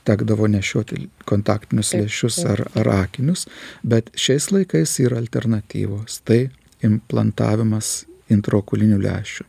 tekdavo nešiot kontaktinius lęšius ar ar akinius bet šiais laikais yra alternatyvos tai implantavimas intraokulinių lęšių